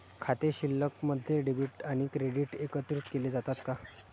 खाते शिल्लकमध्ये डेबिट आणि क्रेडिट एकत्रित केले जातात का?